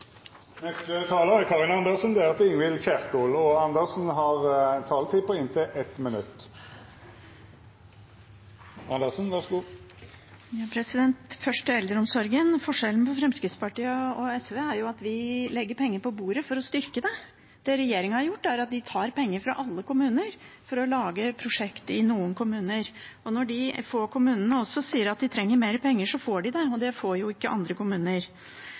Karin Andersen har hatt ordet to gonger tidlegare og får ordet til ein kort merknad, avgrensa til 1 minutt. Først til eldreomsorgen. Forskjellen på Fremskrittspartiet og SV er at vi legger penger på bordet for å styrke den. Det regjeringen gjør, er at de tar penger fra alle kommuner for å lage prosjekt i noen kommuner. Når de få kommunene sier at de trenger mer penger, får de det, men det får ikke andre kommuner.